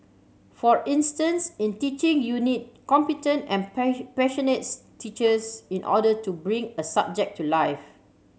for instance in teaching you need competent and teachers in order to bring a subject to life